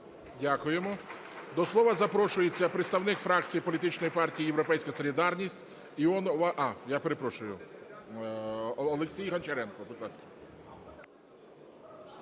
Дякуємо. До слова запрошується представник фракції політичної партії ""Європейська солідарність" Олексій Гончаренко,